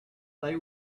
they